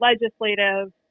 legislative